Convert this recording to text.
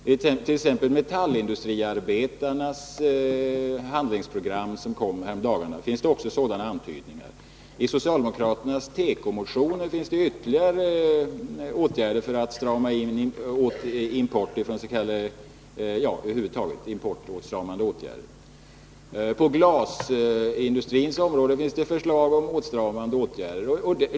I t.ex. metallindustriarbetarnas handlingsprogram som kom häromdagen finns det också sådana antydningar. I socialdemokraternas tekomotioner föreslås ytterligare importåtstramande åtgärder. På glasindustrins område finns det förslag om åtstramningsåtgärder.